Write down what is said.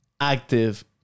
active